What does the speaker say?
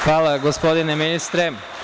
Hvala, gospodine ministre.